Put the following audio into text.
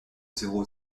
zéro